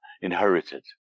inherited